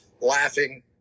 laughing